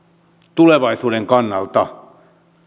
tulevaisuuden kannalta